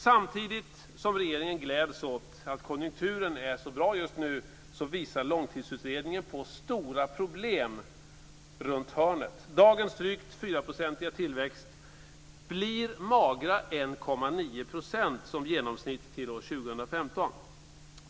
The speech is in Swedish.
Samtidigt som regeringen gläds åt att konjunkturen är så bra just nu, visar långtidsutredningen på stora problem runt hörnet. Dagens drygt fyraprocentiga tillväxt blir magra 1,9 % i genomsnitt till år 2015.